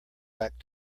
back